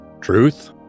Truth